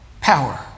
power